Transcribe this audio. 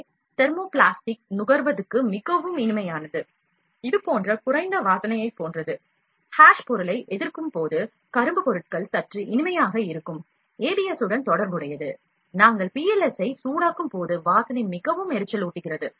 ஏ thermoplastic நூகர்வதுக்கு மிகவும் இனிமையானது இது போன்ற குறைந்த வாசனையைப் போன்றது ஹாஷ் பொருளை எதிர்க்கும்போது கரும்பு பொருட்கள் சற்று இனிமையாக இருக்கும் ஏபிஎஸ்ஸுடன் தொடர்புடையது நாங்கள் ஏபிஎஸ்ஸை சூடாக்கும் போது வாசனை மிகவும் எரிச்சலூட்டுகிறது